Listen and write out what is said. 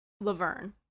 Laverne